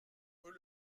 peut